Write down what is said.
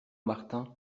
martin